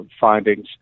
findings